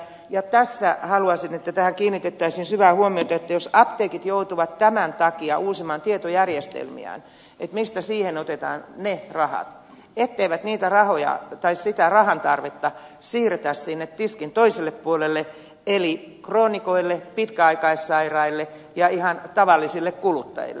ja tässä haluaisin että tähän kiinnitettäisiin syvää huomiota että jos apteekit joutuvat tämän takia uusimaan tietojärjestelmiään mistä siihen otetaan ne rahat ettei niitä rahoja tai sitä rahan tarvetta siirretä sinne tiskin toiselle puolelle eli kroonikoille pitkäaikaissairaille ja ihan tavallisille kuluttajille